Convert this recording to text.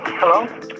Hello